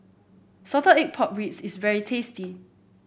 Salted Egg Pork Ribs is very tasty